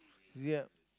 ya